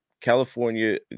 California